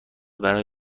برای